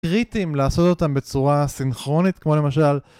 קריטיים לעשות אותם בצורה סינכרונית כמו למשל